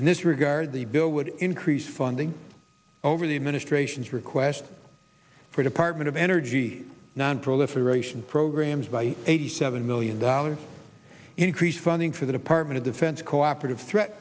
in this regard the bill would increase funding over the administration's request for department of energy nonproliferation programs by eighty seven million dollars increase funding for the department of defense cooperative threat